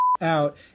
out